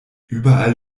überall